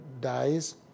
dies